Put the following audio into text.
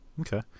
Okay